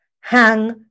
Hang